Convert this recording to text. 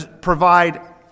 provide